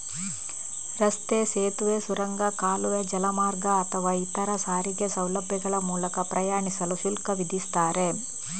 ರಸ್ತೆ, ಸೇತುವೆ, ಸುರಂಗ, ಕಾಲುವೆ, ಜಲಮಾರ್ಗ ಅಥವಾ ಇತರ ಸಾರಿಗೆ ಸೌಲಭ್ಯಗಳ ಮೂಲಕ ಪ್ರಯಾಣಿಸಲು ಶುಲ್ಕ ವಿಧಿಸ್ತಾರೆ